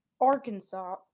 Arkansas